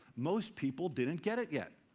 most people didn't get it yet.